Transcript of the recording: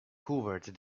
hoovered